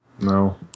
No